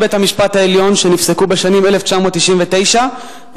בית-המשפט העליון שנפסקו בשנים 1999 ו-2006,